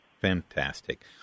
Fantastic